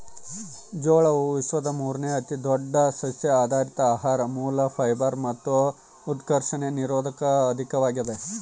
ಜೋಳವು ವಿಶ್ವದ ಮೂರುನೇ ಅತಿದೊಡ್ಡ ಸಸ್ಯಆಧಾರಿತ ಆಹಾರ ಮೂಲ ಫೈಬರ್ ಮತ್ತು ಉತ್ಕರ್ಷಣ ನಿರೋಧಕ ಅಧಿಕವಾಗಿದೆ